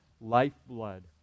lifeblood